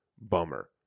bummer